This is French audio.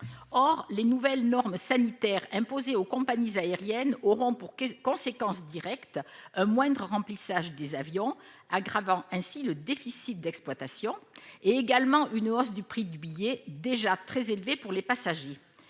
Or les nouvelles normes sanitaires imposées aux compagnies aériennes auront pour conséquence directe un moindre remplissage des avions, ce qui aggravera leur déficit d'exploitation, et une hausse du prix du billet, lequel est déjà très élevé pour les passagers.